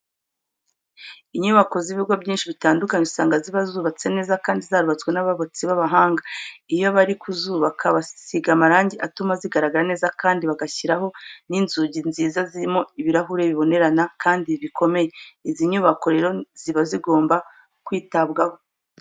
Inyubako z'ibigo byinshi bitandukanye usanga ziba zubatse neza kandi zarubatswe n'abubatsi b'abahanga. Iyo bari kuzubaka bazisiga amarangi atuma zigaragara neza kandi bagashyiraho n'inzugi nziza zirimo ibirahure bibonerana kandi bikomeye. Izi nyubako rero ziba zigoma kwitabwaho.